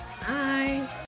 Bye